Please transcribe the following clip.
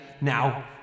Now